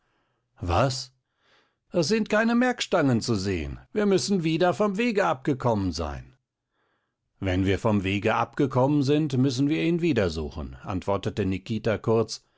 was es sind keine merkstangen zu sehen wir müssen wieder vom wege abgekommen sein wenn wir vom wege abgekommen sind müssen wir ihn wiedersuchen antwortete nikita kurz